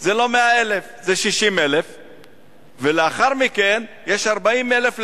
זה לא 100,000; זה 60,000. לאחר מכן יש 40,000 לפיתוח.